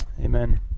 Amen